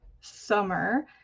summer